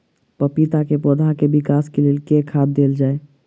पपीता केँ पौधा केँ विकास केँ लेल केँ खाद देल जाए?